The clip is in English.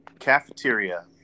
Cafeteria